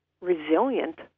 resilient